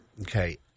Okay